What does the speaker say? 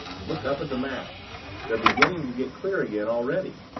look up at the masts they're beginning to get clear again already.